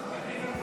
אדוני היושב